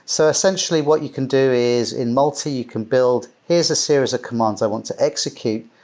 so essentially what you can do is in multi, you can build, here's a series of commands i want to execute,